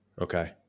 Okay